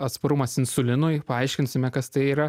atsparumas insulinui paaiškinsime kas tai yra